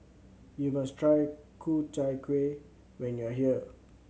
you must try Ku Chai Kuih when you are here